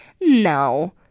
No